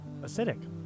acidic